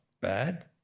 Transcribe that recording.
bad